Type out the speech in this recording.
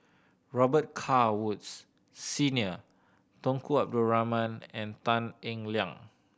Robet Carr Woods Senior Tunku Abdul Rahman and Tan Eng Liang